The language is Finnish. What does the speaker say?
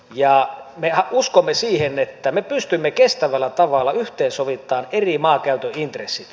ja mehän uskomme siihen että me pystymme kestävällä tavalla yhteensovittamaan maankäytön eri intressit